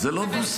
זה לא דו-שיח.